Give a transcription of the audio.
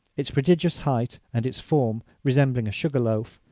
its prodigious height, and its form, resembling a sugar-loaf,